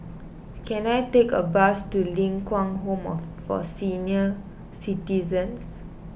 can I take a bus to Ling Kwang Home for Senior Citizens